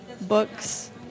books